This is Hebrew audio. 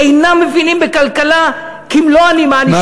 אינם מבינים בכלכלה כמלוא הנימה,